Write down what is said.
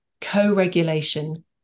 co-regulation